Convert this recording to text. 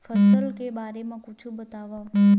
फसल के बारे मा कुछु बतावव